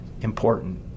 important